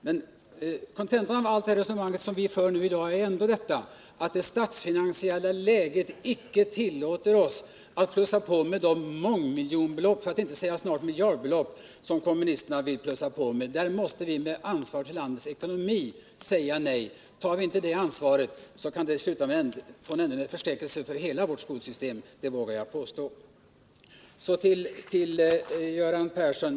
Men kontentan av det resonemang vi för i dag är ändå att det statsfinansiella läget inte tillåter oss att plussa på med de mångmiljonbelopp, för att inte säga miljardbelopp, som kommunisterna förordar. Där måste vi som tar ansvar för landets ekonomi säga nej. Tar inte vi det ansvaret kan det få en ände med förskräckelse för hela vårt skolsystem — det vågar jag påstå. Så till Göran Persson.